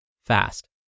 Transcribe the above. fast